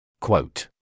Quote